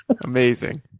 Amazing